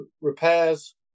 repairs